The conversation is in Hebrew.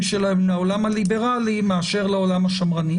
שלהן לעולם הליברלי מאשר לעולם השמרני.